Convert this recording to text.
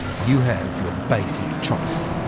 you have your basic chocolate.